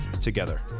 together